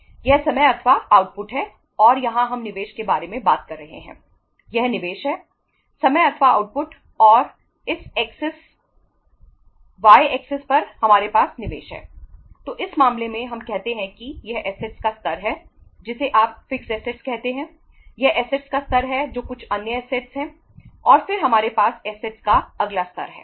यह समय अथवा आउटपुट का अगला स्तर है